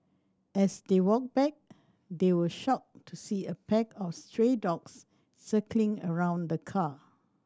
as they walked back they were shocked to see a pack of stray dogs circling around the car